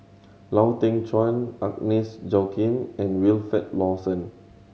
Lau Teng Chuan Agnes Joaquim and Wilfed Lawson